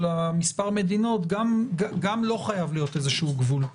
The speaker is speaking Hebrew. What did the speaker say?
מספר מדינות חייב להיות איזשהו גבול.